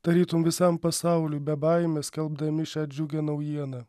tarytum visam pasauliui be baimės skelbdami šią džiugią naujieną